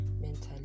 mentally